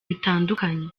bitandukanye